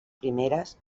primeres